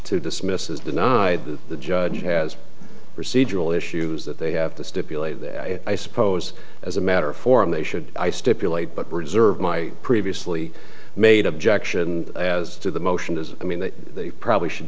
to dismiss is denied that the judge has procedural issues that they have to stipulate that i suppose as a matter of form they should i stipulate but reserve my previously made objection as to the motion is i mean that they probably should